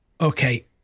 Okay